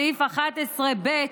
סעיף 11(ב)